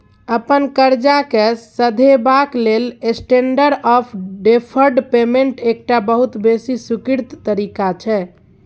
अपन करजा केँ सधेबाक लेल स्टेंडर्ड आँफ डेफर्ड पेमेंट एकटा बहुत बेसी स्वीकृत तरीका छै